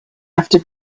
after